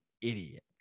idiot